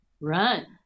run